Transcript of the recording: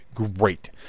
great